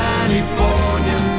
California